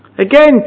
Again